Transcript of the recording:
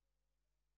כ"ג בתמוז בתמוז